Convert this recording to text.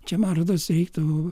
čia man rodos reiktų